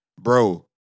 Bro